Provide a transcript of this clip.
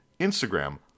Instagram